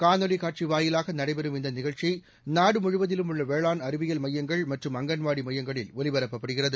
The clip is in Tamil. காணொலிக் காட்சி வாயிலாக நடைபெறும் இந்த நிகழ்ச்சி நாடுமுழுவதிலும் உள்ள வேளாண் அறிவியல் மையங்கள் மற்றும் அங்கன்வாடி மையங்களில் ஒலிபரப்பப்படுகிறது